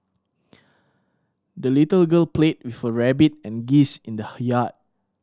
the little girl played her rabbit and geese in the yard